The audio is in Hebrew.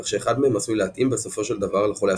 כך שאחד מהם עשוי להתאים בסופו של דבר לחולה הספציפי.